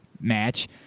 match